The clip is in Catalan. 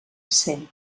cent